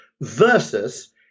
versus –